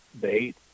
bait